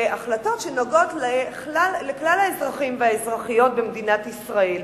החלטות שנוגעות לכלל האזרחים והאזרחיות במדינת ישראל.